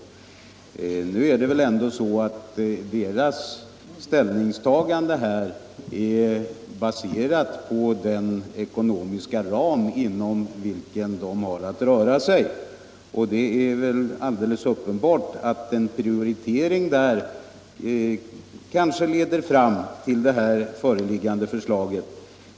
Det är väl ändå så att deras ställningstaganden är baserade på den ekonomiska ram inom vilken de har att röra sig, och det är väl alldeles uppenbart att en prioritering där kanske leder fram till det föreliggande förslaget.